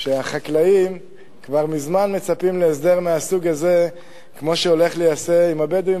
שהחקלאים כבר מזמן מצפים להסדר מהסוג הזה כמו שהולך להיעשות עם הבדואים,